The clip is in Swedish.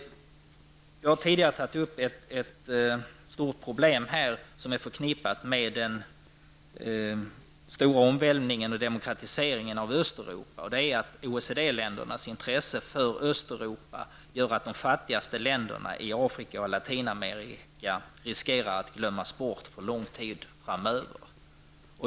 Jag har tidigare tagit upp ett stort problem som är förknippat med den stora omvälvningen och demokratiseringen i Östeuropa, och det är att OECD-ländernas intresse för Östeuropa gör att de fattigaste länderna i Afrika och Latinamerika riskerar att bli bortglömda för lång tid framöver.